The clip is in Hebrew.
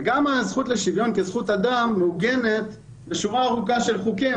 גם הזכות לשוויון כזכות אדם מעוגנת בשורה ארוכה של חוקים.